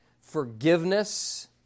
forgiveness